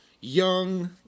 young